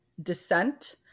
descent